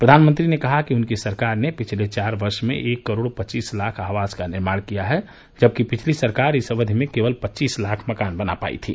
प्रधानमंत्री ने कहा कि उनकी सरकार ने पिछले चार वर्ष में एक करोड़ पच्चीस लाख आवास का निर्माण किया है जबकि पिछली सरकार इस अवधि में केवल पच्चीस लाख मकान बना पाई थी